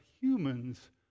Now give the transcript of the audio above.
humans